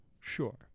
sure